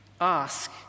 Ask